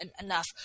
enough